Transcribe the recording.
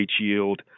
yield